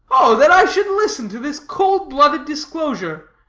oh, that i should listen to this cold-blooded disclosure!